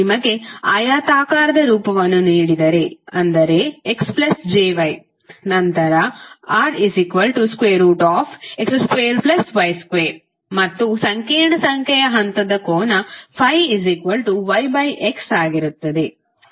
ನಿಮಗೆ ಆಯತಾಕಾರದ ರೂಪವನ್ನು ನೀಡಿದರೆ ಅಂದರೆ xjy ನಂತರrx2y2 ಮತ್ತು ಸಂಕೀರ್ಣ ಸಂಖ್ಯೆಯ ಹಂತದ ಕೋನ∅yx ಆಗಿರುತ್ತದೆ